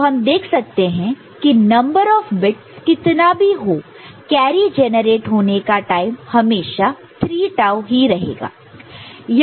तो हम देख सकते हैं कि नंबर ऑफ बिट्स कितना भी हो कैरी जनरेट होने के लिए टाइम हमेशा 3 टाऊ ही लगेगा